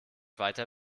weiter